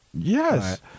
Yes